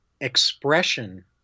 expression